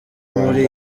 muri